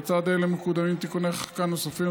לצד אלו מקודמים תיקוני חקיקה נוספים,